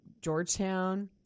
Georgetown